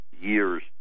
years